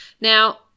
Now